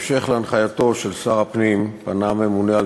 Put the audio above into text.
בהמשך להנחייתו של שר הפנים פנה הממונה על